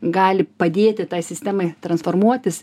gali padėti tai sistemai transformuotis